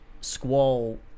squall